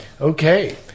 Okay